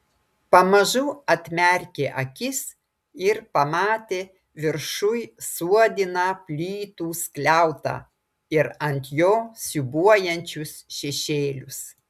pamažu atmerkė akis ir pamatė viršuj suodiną plytų skliautą ir ant jo siūbuojančius šešėlius